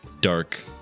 dark